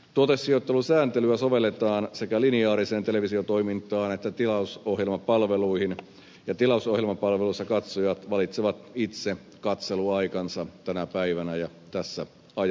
tuotesijoittelusääntelyä sovelletaan sekä lineaariseen televisiotoimintaan että tilausohjelmapalveluihin ja tilausohjelmapalveluissa katsojat valitsevat itse katseluaikansa tänä päivänä ja tässä ajassa